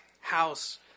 house